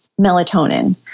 melatonin